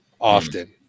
often